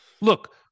Look